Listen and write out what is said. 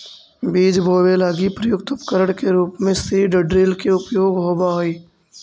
बीज बोवे लगी प्रयुक्त उपकरण के रूप में सीड ड्रिल के उपयोग होवऽ हई